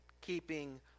keeping